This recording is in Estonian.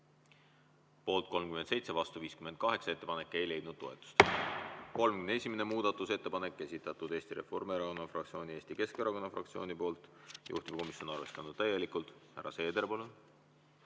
Poolt 37, vastu 58. Ettepanek ei leidnud toetust. 31. muudatusettepanek, esitatud Eesti Reformierakonna fraktsiooni ja Eesti Keskerakonna fraktsiooni poolt. Juhtivkomisjon on arvestanud täielikult. Härra Seeder, palun!